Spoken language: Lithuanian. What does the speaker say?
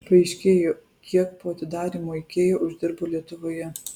paaiškėjo kiek po atidarymo ikea uždirbo lietuvoje